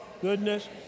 Goodness